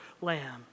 Lamb